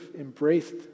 embraced